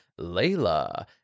Layla